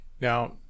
Now